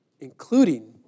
including